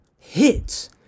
hits